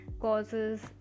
causes